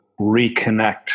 reconnect